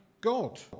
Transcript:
god